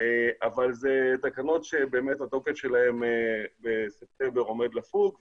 אבל אלה תקנות שהתוקף שלהן עומד לפוג בספטמבר.